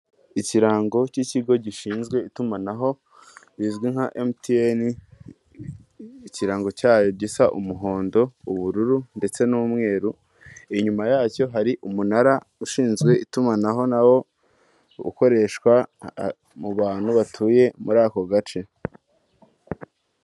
Ikirango cy'ikigo gishinzwe itumanaho rizwi nka MTN, ikirango cyayo gisa umuhondo, ubururu ndetse n'umweru. Inyuma yacyo hari umunara ushinzwe itumanaho nawo ukoreshwa mu bantu batuye muri ako gace.